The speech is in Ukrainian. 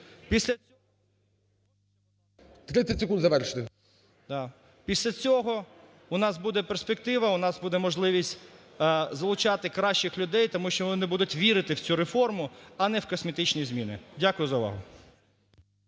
Після цього у нас буде перспектива, у нас буде можливість залучати кращих людей, тому що вони будуть вірити в цю реформу, а не в косметичні зміни. Дякую за увагу.